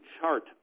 chart